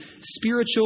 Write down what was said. spiritual